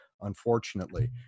unfortunately